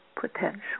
potential